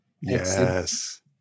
Yes